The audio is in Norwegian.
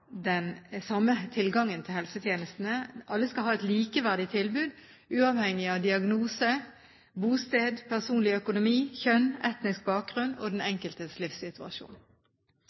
den samme tilgangen til helsetjenestene. Alle skal ha et likeverdig tilbud uavhengig av diagnose, bosted, personlig økonomi, kjønn, etnisk bakgrunn og den enkeltes livssituasjon.